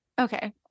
Okay